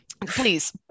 please